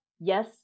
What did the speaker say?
Yes